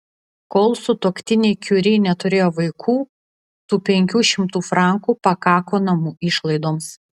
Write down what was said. kol sutuoktiniai kiuri neturėjo vaikų tų penkių šimtų frankų pakako namų išlaidoms